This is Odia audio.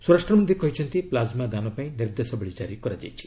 ସ୍ୱରାଷ୍ଟ୍ର ମନ୍ତ୍ରୀ କହିଛନ୍ତି ପ୍ଲାଙ୍କ୍ମା ଦାନ ପାଇଁ ନିର୍ଦ୍ଦେଶାବଳୀ ଜାରି କରାଯାଇଛି